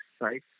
right